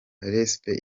rescapés